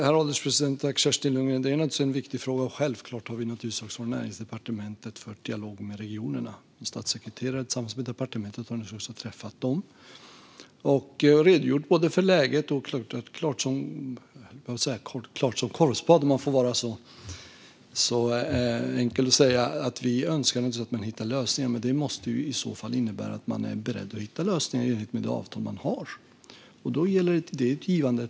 Herr ålderspresident! Det är naturligtvis en viktig fråga, och självklart har vi från Näringsdepartementets sida fört en dialog med regionerna. En statssekreterare har tillsammans med departementet naturligtvis träffat dem. Jag har redogjort för läget, och det är klart som korvspad - om man får använda så enkla uttryck - att vi önskar att man hittar lösningar. Men det måste i så fall innebära att man är beredd att hitta lösningar i enlighet med det avtal man har, och det är ett givande och ett tagande.